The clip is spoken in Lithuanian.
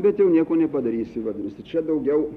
bet jau nieko nepadarysi vadinasi čia daugiau